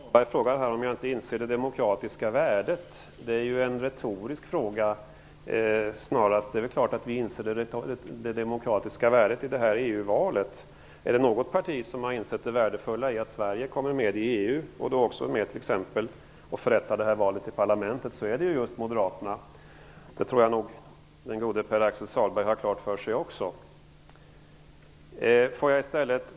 Herr talman! Pär-Axel Sahlberg frågar om jag inte inser det demokratiska värdet. Det är snarast en retorisk fråga. Det är klart att vi inser det demokratiska värdet i detta EU-val. Är det något parti som har insett det värdefulla i att Sverige kommer med i EU och också är med och förrättar detta val till parlamentet, så är det just Moderaterna. Det tror jag nog att den gode Pär-Axel Sahlberg har klart för sig.